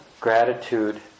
Gratitude